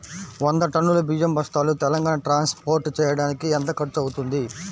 వంద టన్నులు బియ్యం బస్తాలు తెలంగాణ ట్రాస్పోర్ట్ చేయటానికి కి ఎంత ఖర్చు అవుతుంది?